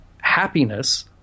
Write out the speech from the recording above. happiness